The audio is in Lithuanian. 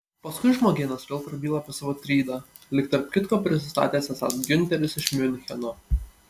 paskui žmogėnas vėl prabyla apie savo trydą lyg tarp kitko prisistatęs esąs giunteris iš miuncheno